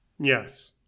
Yes